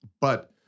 But-